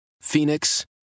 Phoenix